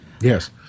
Yes